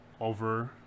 over